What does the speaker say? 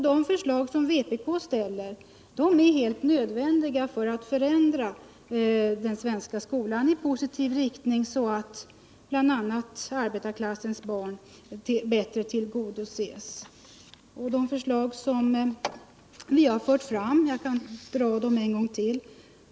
De förslag som vpk ställer är helt nödvändiga att genomföra för att förändra den svenska skolan i positiv riktning så att bl.a. kraven från arbetarklassens barn bättre tillgodoses. Jag kan dra våra förslag en gång till.